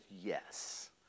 yes